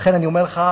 לכן אני אומר לך,